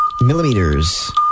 millimeters